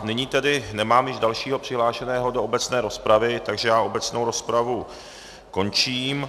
Nyní nemám již dalšího přihlášeného do obecné rozpravy, takže obecnou rozpravu končím.